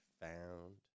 found